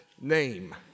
name